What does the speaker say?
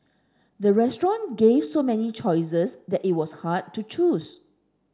the restaurant gave so many choices that it was hard to choose